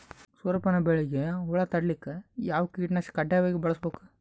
ಸೂರ್ಯಪಾನ ಬೆಳಿಗ ಹುಳ ತಡಿಲಿಕ ಯಾವ ಕೀಟನಾಶಕ ಕಡ್ಡಾಯವಾಗಿ ಬಳಸಬೇಕು?